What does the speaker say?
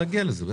נגיע לזה.